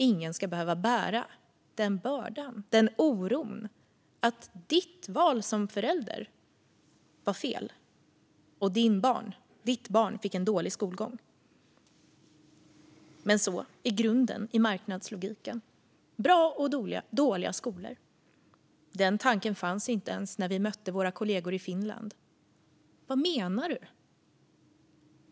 Ingen förälder ska behöva bära den bördan, den oron, att det val du gjorde var fel och att ditt barn därför fick en dålig skolgång. Men så är grunden i marknadslogiken - bra och dåliga skolor. Den tanken fanns inte ens när vi mötte våra kollegor i Finland. Vad menar du?